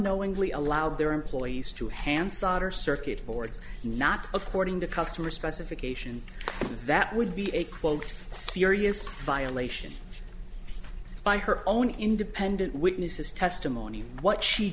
knowingly allowed their employees to hand side or circuit boards not according to customer specifications that would be a quote serious violation by her own independent witnesses testimony what she